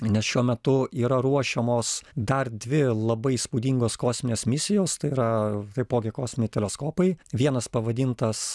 nes šiuo metu yra ruošiamos dar dvi labai įspūdingos kosminės misijos tai yra taipogi kosminiai teleskopai vienas pavadintas